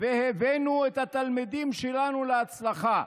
והבאנו את התלמידים שלנו להצלחה.